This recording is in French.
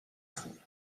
trouve